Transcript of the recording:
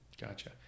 Gotcha